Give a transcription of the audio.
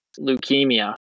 leukemia